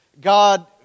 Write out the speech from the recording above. God